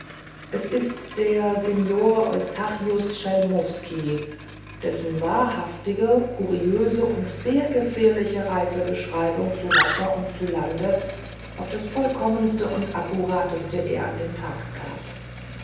es ist der signor eustachius schelmuffski dessen wahrhaftige kuriose und sehr gefährliche reisebeschreibung zu wasser und zu lande auf das vollkommenste und akkurateste er an den tag gab